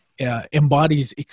embodies